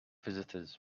visitors